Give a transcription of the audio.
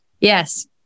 Yes